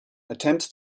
attempts